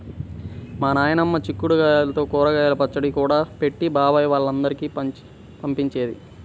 మా నాయనమ్మ చిక్కుడు గాయల్తో ఊరగాయ పచ్చడి కూడా పెట్టి బాబాయ్ వాళ్ళందరికీ పంపించేది